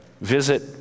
visit